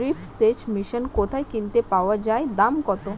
Drip সেচ machine কোথায় কিনতে পাওয়া যায় দাম কত?